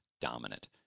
dominant